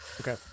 okay